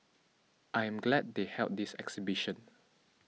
I am glad they held this exhibition